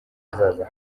ahazaza